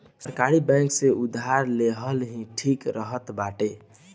सरकारी बैंक से उधार लेहल ही ठीक रहत बाटे